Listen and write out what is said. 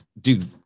dude